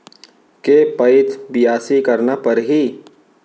के पइत बियासी करना परहि?